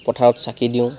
পথাৰত চাকি দিওঁ